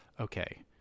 okay